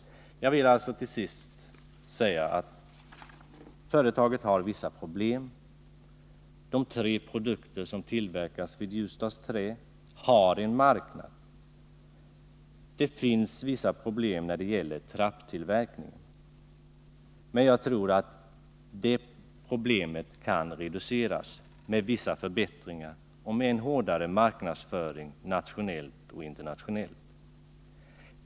Jag vill alltså säga att företaget har vissa problem. De tre produkter som tillverkas vid Ljusdals Trä har en marknad. Problem finns när det gäller trapptillverkningen, men jag tror att de problemen kan reduceras med vissa förbättringar och med en hårdare marknadsföring nationellt och internationellt.